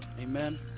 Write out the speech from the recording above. Amen